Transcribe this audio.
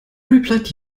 replied